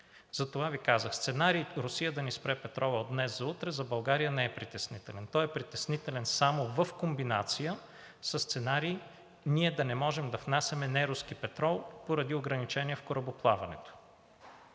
Затова Ви казах, че сценарий Русия да ни спре петрола от днес за утре за България не е притеснителен. Той е притеснителен само в комбинация със сценарий ние да не можем да внасяме неруски петрол поради ограничения в корабоплаването,